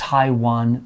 Taiwan